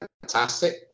fantastic